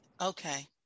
okay